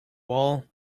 wall